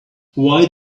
why